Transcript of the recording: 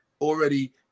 already